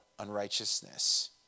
unrighteousness